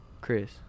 Chris